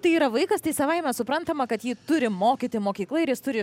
tai yra vaikas tai savaime suprantama kad jį turi mokyti mokykla ir jis turi